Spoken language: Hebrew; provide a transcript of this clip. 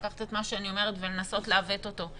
לקחת את מה שאני אומרת ולנסות לעוות אותו,